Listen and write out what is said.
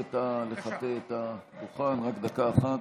לחטא, את הדוכן.